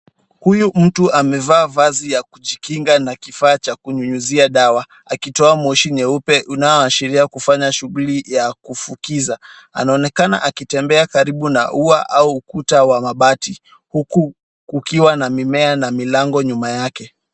Huyu mtu amevaa vazi ya kujikinga na kifaa cha kunyunyuzia dawa, akitoa moshi nyeupe unaowashiria kufanya shughuli ya kufukiza, anaonekana akitembea karibu na ua au ukuta wa mabati, huku kukiwa na mimea na milango nyuma yake.